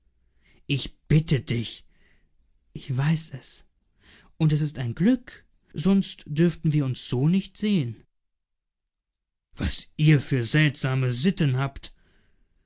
ich bitte dich ich weiß es und es ist ein glück sonst dürften wir uns so nicht sehen was ihr für seltsame sitten habt